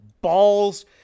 balls